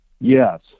Yes